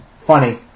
funny